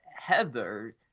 Heather